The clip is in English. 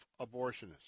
abortionists